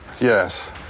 Yes